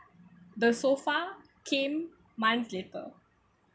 the sofa came months later